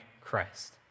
Christ